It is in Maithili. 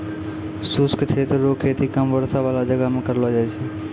शुष्क क्षेत्र रो खेती कम वर्षा बाला जगह मे करलो जाय छै